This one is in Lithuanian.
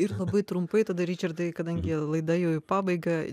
ir labai trumpai tada ričardai kadangi laida jau į pabaigą